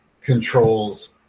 controls